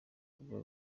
biba